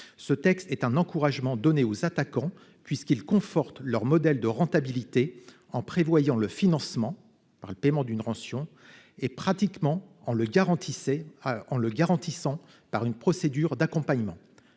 ce texte est un encouragement donné aux attaquants puisqu'il conforte leur modèle de rentabilité en prévoyant le financement par le paiement d'une rançon et, pratiquement, en le garantissant par une procédure d'accompagnement.